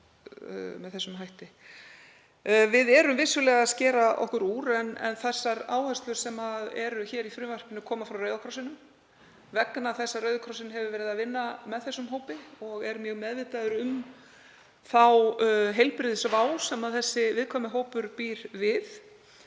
Við skerum okkur vissulega úr, en þær áherslur sem eru í frumvarpinu koma frá Rauða krossinum vegna þess að Rauði krossinn hefur verið að vinna með þessum hópi og er mjög meðvitaður um þá heilbrigðisvá sem þessi viðkvæmi hópur býr við.